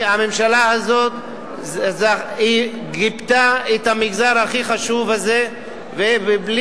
הממשלה הזאת גיבתה את המגזר הכי חשוב הזה בלי